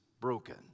broken